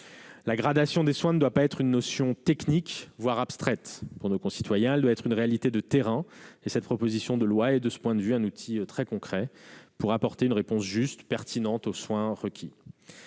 La gradation des soins ne doit pas être une notion technique, voire abstraite, pour nos concitoyens ; elle doit être une réalité de terrain. De ce point de vue, cette proposition de loi est un outil très concret pour apporter une réponse juste, pertinente, aux soins requis.